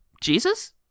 Jesus